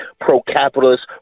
pro-capitalist